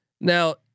Now